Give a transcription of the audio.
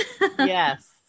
Yes